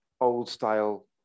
old-style